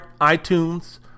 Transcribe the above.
iTunes